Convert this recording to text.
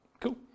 Cool